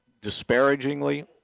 disparagingly